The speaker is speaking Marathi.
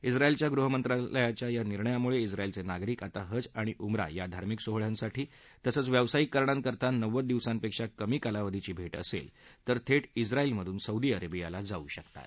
इसायलच्या गृहमंत्रालयाच्या या निर्णयामुळे इस्राईलच्या नागरिकांना आता हज आणि उमरा या धार्मिक सोहळ्यांसाठी तसंच व्यावसायिक कारणांकरता नव्वद दिवसांपेक्षा कमी कालावधीची भेट असेल थेट इस्राइलमधून सौदी अरेबियाला जाता येणार आहे